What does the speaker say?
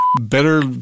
Better